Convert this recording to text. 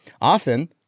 Often